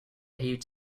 huge